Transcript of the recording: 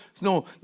no